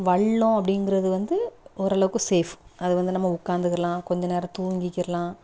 வல்லம் அப்படிங்கிறது வந்து ஓரளவுக்கு சேஃப் அது வந்து நம்ம உட்காந்துக்கிரலாம் கொஞ்சம் நேரம் தூங்கிக்கிடலாம்